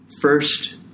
first